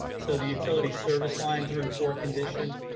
so the utility service lines are in poor condition.